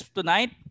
tonight